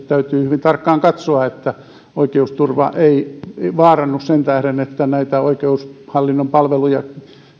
täytyy hyvin tarkkaan katsoa että oikeusturva ei vaarannu sen tähden että näitä oikeushallinnon palveluja